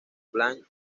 plan